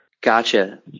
Gotcha